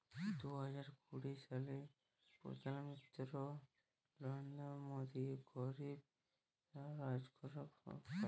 দু হাজার কুড়ি সালে পরধাল মলত্রি লরেলদ্র মোদি গরিব কল্যাল রজগার অভিযাল চালু ক্যরেল